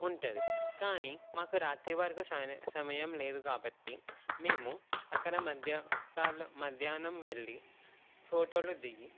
ఉంటుంది కానీ మాకు రాత్రి వరకు సమయం లేదు కాబ్బట్టి మేము అక్కడ మధ్యా మధ్యాహ్నం వెళ్ళి ఫోటోలు దిగి